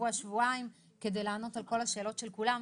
שבוע-שבועיים כדי לענות על כל השאלות של כולם,